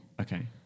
Okay